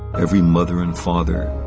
every mother and father.